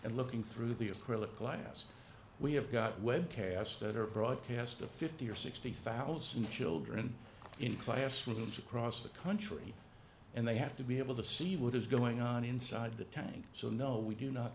and looking through the acrylic glass we have got web casts that are broadcast to fifty or sixty thousand children in classrooms across the country and they have to be able to see what is going on inside the tank so no we do not